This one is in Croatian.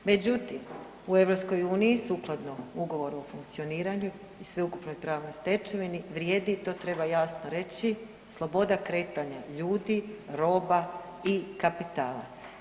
Međutim, u EU sukladno Ugovoru o funkcioniranju i sveukupnoj pravnoj stečevini, vrijedi i to treba jasno reći, sloboda kretanja ljudi, roba i kapitala.